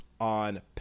on